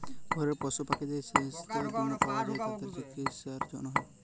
ঘরের পশু পাখিদের ছাস্থ বীমা পাওয়া যায় তাদের চিকিসার জনহে